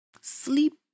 Sleep